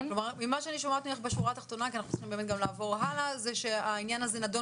--- ממה שאני שומעת ממך בשורה התחתונה זה שהעניין הזה נדון